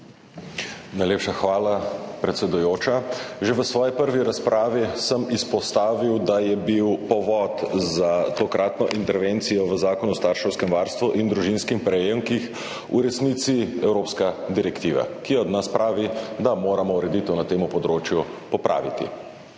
Najlepša hvala, predsedujoča. Že v svoji prvi razpravi sem izpostavil, da je bil povod za tokratno intervencijo v Zakon o starševskem varstvu in družinskih prejemkih v resnici evropska direktiva, ki pravi, da moramo popraviti ureditev na tem področju.